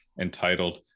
entitled